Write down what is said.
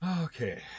okay